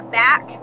back